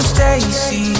Stacy